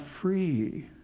free